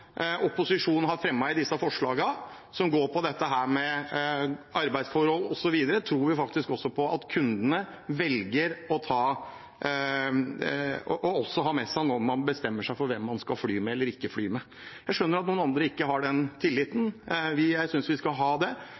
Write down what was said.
går på dette med arbeidsforhold osv., tror vi faktisk at kundene velger også å ha med seg når man bestemmer seg for hvem man skal fly med, eller ikke fly med. Jeg skjønner at noen andre ikke har den tilliten, jeg synes vi skal ha det.